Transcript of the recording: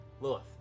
Lilith